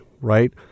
right